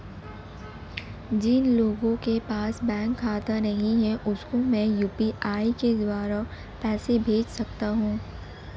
जिन लोगों के पास बैंक खाता नहीं है उसको मैं यू.पी.आई के द्वारा पैसे भेज सकता हूं?